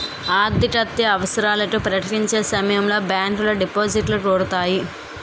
ఆర్థికత్యవసరాలు ప్రకటించే సమయంలో బ్యాంకులో డిపాజిట్లను కోరుతాయి